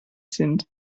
sind